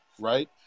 right